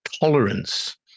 tolerance